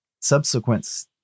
subsequent